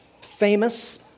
famous